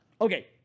Okay